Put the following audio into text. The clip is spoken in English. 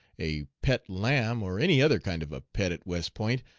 a pet lamb, or any other kind of a pet, at west point,